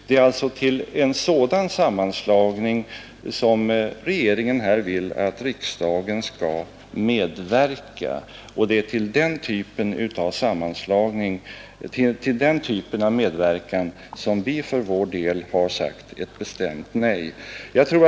Det är alltså till en sådan sammanslagning som regeringen här vill att riksdagen skall medverka, och det är till denna medverkan som vi för vår del sagt ett bestämt nej.